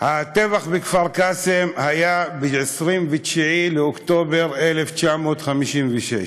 הטבח בכפר-קאסם היה ב-29 באוקטובר 1956,